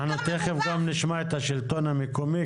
אנחנו תיכף נשמע גם את השלטון המקומי,